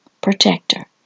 protector